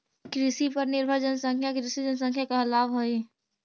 कृषि पर निर्भर जनसंख्या कृषि जनसंख्या कहलावऽ हई